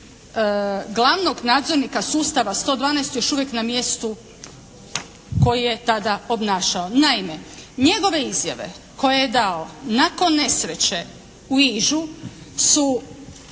glavnog nadzornika sustava 112 još uvijek na mjestu koje je tada obnašao. Naime, njegove izjave koje je dao nakon nesreće u Ižu su